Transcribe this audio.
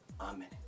Amen